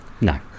No